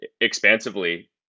expansively